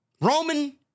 Roman